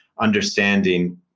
understanding